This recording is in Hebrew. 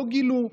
לא גילו.